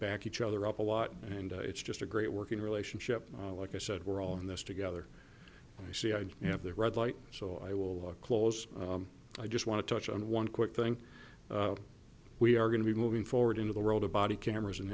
back each other up a lot and it's just a great working relationship like i said we're all in this together and i see i have the red light so i will close i just want to touch on one quick thing we are going to be moving forward into the world of body cameras